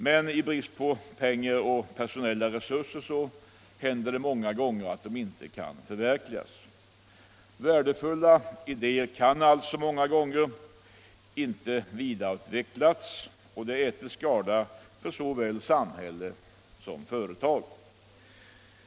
Men i brist på pengar och personella resurser händer det många gånger att idéerna inte kan förverkligas. Värdefulla idéer kan många gånger inte vidareutvecklas och det är till skada för såväl samhället som företag.